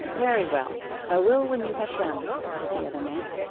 very well i will when you have done said the other man.